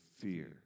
fear